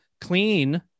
clean